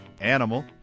animal